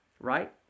right